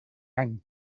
any